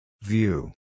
View